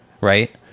right